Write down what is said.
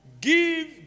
give